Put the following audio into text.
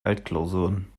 altklausuren